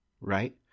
Right